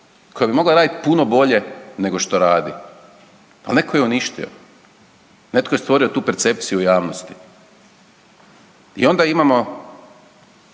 koja bi mogla raditi puno bolje nego što radi. Ali neko je uništio, netko je stvorio tu percepciju u javnosti. I onda imamo